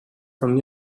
from